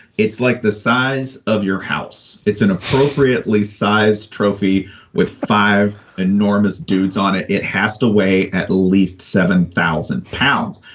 it's like the size of your house. it's an appropriately sized trophy with five enormous dudes on it. it has to weigh at least seven thousand pounds.